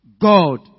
God